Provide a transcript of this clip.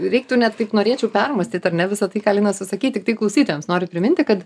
reiktų net taip norėčiau permąstyt ar ne visa tai ką lina susakei tiktai klausytojams noriu priminti kad